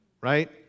right